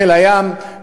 בחיל הים,